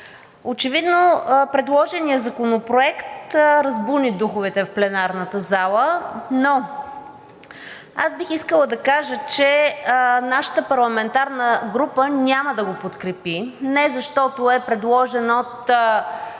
Очевидно предложеният законопроект разбуни духовете в пленарната зала. Но аз бих искала да кажа, че нашата парламентарна група няма да го подкрепи, не защото е предложен от